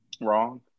Wrong